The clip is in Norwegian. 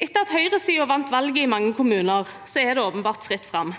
Etter at høyresiden vant valget i mange kommuner, er det åpenbart fritt fram.